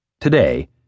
Today